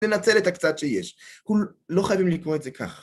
ננצל את הקצת שיש. לא חייבים לקרוא את זה כך.